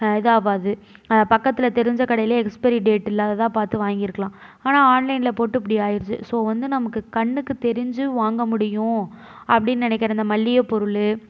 இதாக ஆகாது பக்கத்தில் தெரிஞ்ச கடையில் எக்ஸ்பரி டேட் இல்லாததாக பார்த்து வாங்கியிருக்குலாம் ஆனால் ஆன்லைனில் போட்டு இப்படி ஆகிடுச்சி ஸோ வந்து நமக்கு கண்ணுக்கு தெரிஞ்சு வாங்க முடியும் அப்படின் நினைக்கிற இந்த மளிகை பொருள்